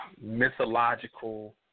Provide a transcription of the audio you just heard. mythological